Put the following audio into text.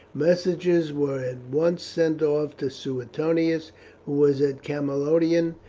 messengers were at once sent off to suetonius, who was at camalodunum,